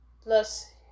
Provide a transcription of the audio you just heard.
plus